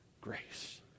grace